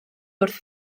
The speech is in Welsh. wrth